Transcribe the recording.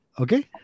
Okay